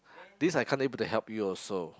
this I can't able to help you also